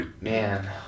man